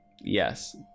yes